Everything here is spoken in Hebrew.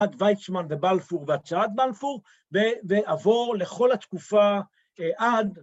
‫עד ויצמן ובלפור והצהרת בלפור, ‫ועבור לכל התקופה עד...